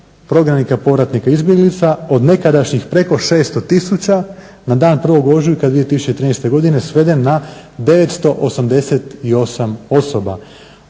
prognanika, povratnika, izbjeglica od nekadašnjih preko 600 tisuća na dan 1.ožujka 2013. sveden na 988 osoba.